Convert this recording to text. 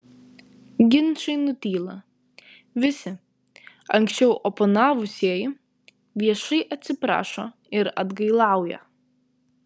ginčai nutyla visi anksčiau oponavusieji viešai atsiprašo ir atgailauja